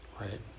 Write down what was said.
Right